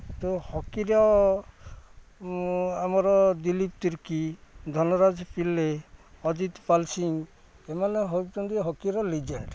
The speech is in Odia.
ତ ହକିର ଆମର ଦିଲୀପ ତିର୍କୀ ଧନରାଜ ପିଲେ ଅଜିତ ପାଲସିଂ ଏମାନେ ହଉଚନ୍ତି ହକିର ଲିଜେଣ୍ଡ